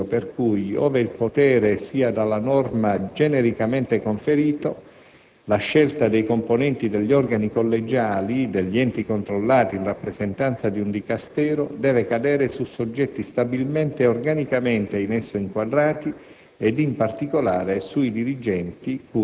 si è scrupolosamente attenuto al principio per cui «ove il potere sia dalla norma genericamente conferito, la scelta dei componenti degli organi collegiali degli enti controllati in rappresentanza di un dicastero deve cadere su soggetti stabilmente e organicamente in esso inquadrati